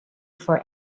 for